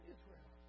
Israel